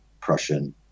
prussian